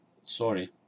Sorry